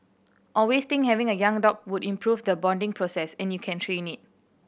always think having a young dog would improve the bonding process and you can train it